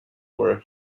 where